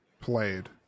played